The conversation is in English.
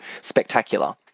spectacular